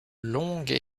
longues